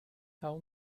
how